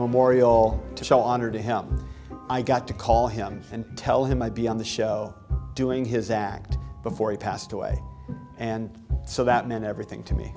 memorial to show honor to help i got to call him and tell him i'd be on the show doing his act before he passed away and so that meant everything to me